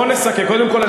בוא ונסכם משהו.